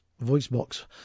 Voicebox